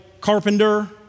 carpenter